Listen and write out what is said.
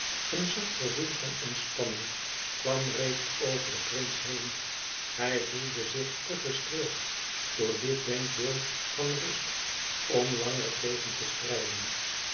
een zacht gevoel van ontspanning kwam reeds over den prins heen hij voelde zich te gestreeld door dit denkbeeld van rust om langer tegen te strijden